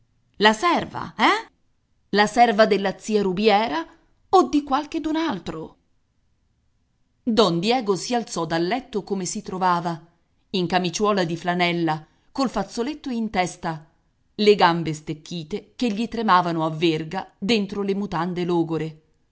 la serva eh la serva della zia rubiera o di qualchedun altro don diego si alzò da letto come si trovava in camiciuola di flanella col fazzoletto in testa le gambe stecchite che gli tremavano a verga dentro le mutande logore